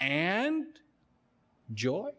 and joy